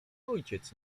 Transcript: ojciec